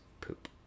poop